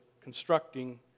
constructing